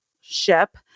ship